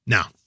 Now